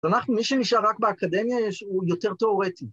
‫ואנחנו מי שנשאר רק באקדמיה ‫הוא יותר תיאורטי.